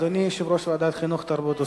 אדוני יושב-ראש ועדת החינוך, התרבות והספורט,